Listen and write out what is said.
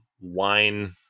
wine